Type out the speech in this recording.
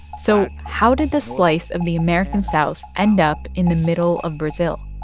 so how did this slice of the american south end up in the middle of brazil?